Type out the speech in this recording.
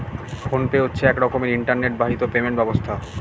phone pay হচ্ছে এক রকমের ইন্টারনেট বাহিত পেমেন্ট ব্যবস্থা